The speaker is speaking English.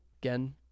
Again